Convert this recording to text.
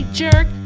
jerk